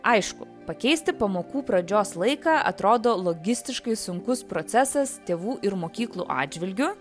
aišku pakeisti pamokų pradžios laiką atrodo logistiškai sunkus procesas tėvų ir mokyklų atžvilgiu